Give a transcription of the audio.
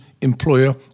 employer